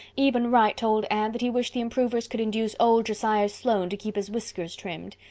eben wright told anne that he wished the improvers could induce old josiah sloane to keep his whiskers trimmed.